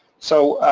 so,